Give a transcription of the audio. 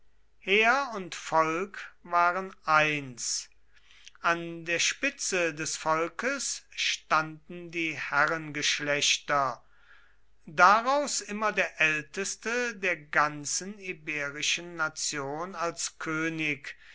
heer und volk waren eins an der spitze des volkes standen teils die herrengeschlechter daraus immer der älteste der ganzen iberischen nation als könig